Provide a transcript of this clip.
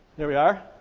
here we are,